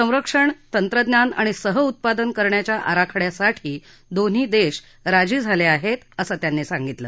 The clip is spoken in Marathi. संरक्षण तंत्रज्ञान आणि सहउत्पादन करण्याच्या आराखडयासाठी दोन्ही देश राजी झाले आहेत असं त्यांनी सांगितलं